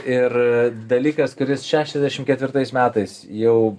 ir dalykas kuris šešiasdešim ketvirtais metais jau